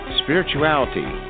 spirituality